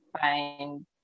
find